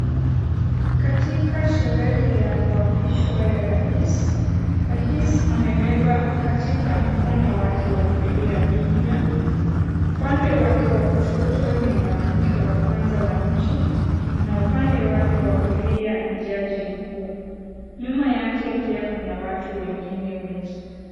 Katika sherehe ya kuapishwa ya rais, rais amebeba katika mkono wake wa kulia biblia upande wake wa kushoto ni mwanamke wa kwanza wa nchi na upande wake wa kulia ni jaji mkuu, nyuma yake pia kuna watu wengine wengi.